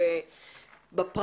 בוקר טוב לכולם.